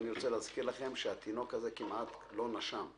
אני רוצה להזכיר לכם שהתינוק הזה כמעט לא נשם.